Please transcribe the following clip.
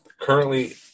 currently